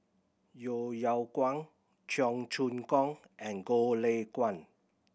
Yeo Yeow Kwang Cheong Choong Kong and Goh Lay Kuan